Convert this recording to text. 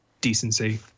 decency